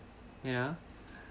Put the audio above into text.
ya